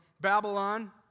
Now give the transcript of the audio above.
Babylon